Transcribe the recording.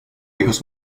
hijos